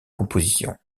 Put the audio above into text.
composition